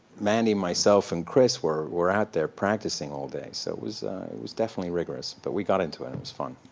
mandy, myself, and chris were were out there practicing all day. so it was was definitely rigorous, but we got into it and it was fun.